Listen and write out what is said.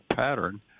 pattern